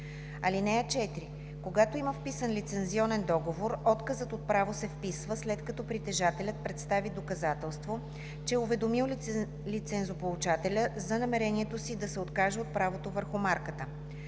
(4) Когато има вписан лицензионен договор, отказът от право се вписва, след като притежателят представи доказателство, че е уведомил лицензополучателя за намерението си да се откаже от правото върху марката.